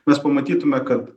mes pamatytume kad